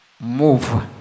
move